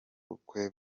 bukwe